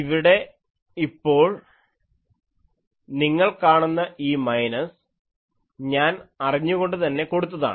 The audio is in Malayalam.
ഇവിടെ ഇപ്പോൾ നിങ്ങൾ കാണുന്ന ഈ മൈനസ് ഞാൻ അറിഞ്ഞുകൊണ്ടുതന്നെ കൊടുത്തതാണ്